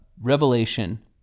revelation